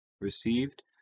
received